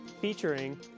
featuring